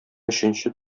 өченче